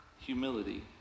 humility